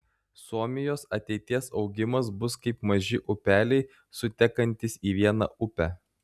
suomijos ateities augimas bus kaip maži upeliai sutekantys į vieną upę